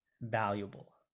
valuable